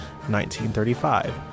1935